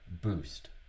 boost